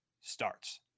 starts